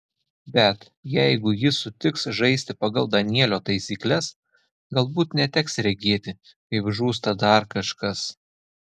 bet jeigu ji sutiks žaisti pagal danielio taisykles galbūt neteks regėti kaip žūsta dar kažkas